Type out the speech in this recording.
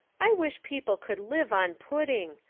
i wish people could live on pudding.